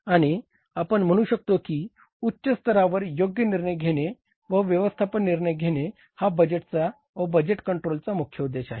आणि आपण म्हणू शकतो की उच्च स्तरावर योग्य निर्णय घेणे व व्यवस्थापन निर्णय घेणे हा बजेटचा व बजेट कंट्रोलचा मुख्य उद्देश आहे